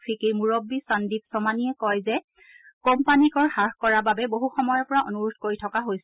ফিকিৰ মুৰববী সন্দীপ চমানীয়ে কয় যেন কোম্পানী কৰ হ্বাস কৰাৰ বাবে বহুসময়ৰ পৰা অনুৰোধ কৰি থকা হৈছিল